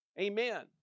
Amen